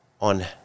on